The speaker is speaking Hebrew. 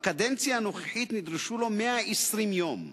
בקדנציה הנוכחית נדרשו לו 120 יום.